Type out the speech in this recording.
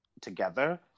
together